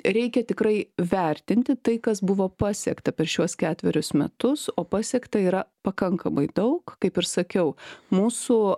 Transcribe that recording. reikia tikrai vertinti tai kas buvo pasiekta per šiuos ketverius metus o pasiekta yra pakankamai daug kaip ir sakiau mūsų